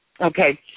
Okay